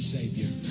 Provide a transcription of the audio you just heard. Savior